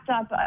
up